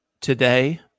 today